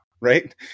right